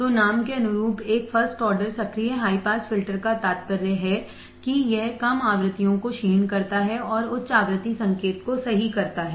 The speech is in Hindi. तो नाम के अनुरूप एक फर्स्ट ऑर्डर सक्रिय हाई पास फिल्टर का तात्पर्य है कि कम आवृत्तियों को क्षीण करता है और उच्च आवृत्ति संकेत को सही करता है